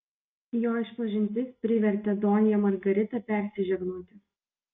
jo išpažintis privertė donją margaritą persižegnoti